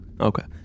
Okay